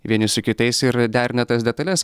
vieni su kitais ir derina tas detales